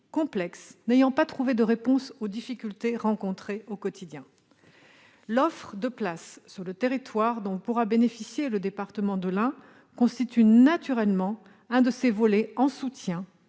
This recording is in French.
solution n'a été trouvée en réponse aux difficultés rencontrées au quotidien. L'offre de places sur le territoire, dont pourra bénéficier le département de l'Ain, constitue naturellement un des volets qui